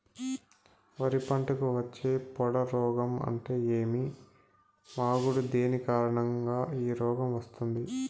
వరి పంటకు వచ్చే పొడ రోగం అంటే ఏమి? మాగుడు దేని కారణంగా ఈ రోగం వస్తుంది?